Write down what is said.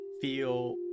feel